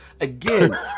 Again